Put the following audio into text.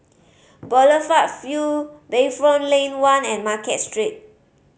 Boulevard Vue Bayfront Lane One and Market Street